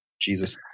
Jesus